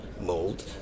mold